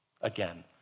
again